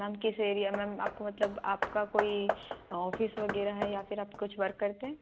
ma'am किस area ma'am आपको मतलब आपका कोई ऑफ़िस वगैरह है या फिर आप कुछ वर्क करते हैं